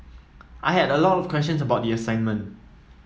I had a lot of questions about the assignment